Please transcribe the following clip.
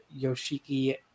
Yoshiki